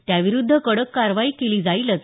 त्याविरुद्ध कडक कारवाई केली जाईलच